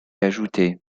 ajoutées